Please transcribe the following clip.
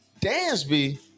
Dansby